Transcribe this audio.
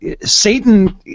Satan